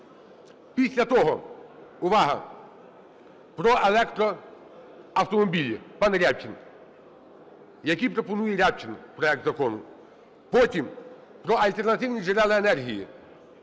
Після того (увага!) про електроавтомобілі, пан Рябчин, який пропонує Рябчин проект закону. Потім про альтернативні джерела енергії.